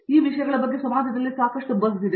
ಆದ್ದರಿಂದ ಈ ವಿಷಯಗಳ ಬಗ್ಗೆ ಸಮಾಜದಲ್ಲಿ ಬಹಳಷ್ಟು ಬಝ್ ಇದೆ